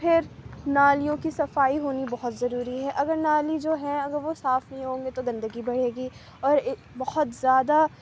پھر نالیوں کی صفائی ہونی بہت ضروری ہے اگر نالی جو ہے اگر وہ صاف نہیں ہوگی تو گندگی بڑھے گی اور بہت زیادہ